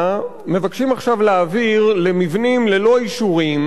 מבקשים עכשיו להעביר למבנים ללא אישורים,